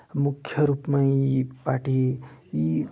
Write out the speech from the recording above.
मुख्य रूपमा यी पार्टी यी